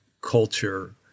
culture